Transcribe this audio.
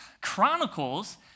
Chronicles